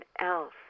else